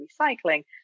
recycling